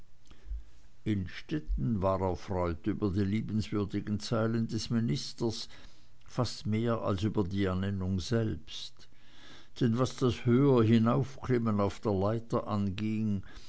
innstetten war erfreut über die liebenswürdigen zeilen des ministers fast mehr als über die ernennung selbst denn was das höherhinaufklimmen auf der leiter anging